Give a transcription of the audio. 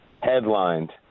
headlined